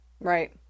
right